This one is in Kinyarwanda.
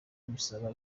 bisaba